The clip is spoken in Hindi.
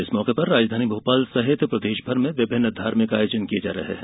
इस मौके पर राजधानी भोपाल सहित प्रदेश भर में विभिन्न धार्मिक आयोजन किये जा रहे है